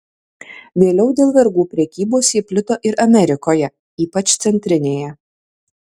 vėliau dėl vergų prekybos ji plito ir amerikoje ypač centrinėje